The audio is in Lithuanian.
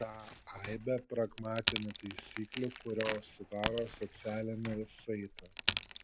tą aibę pragmatinių taisyklių kurios sudaro socialinį saitą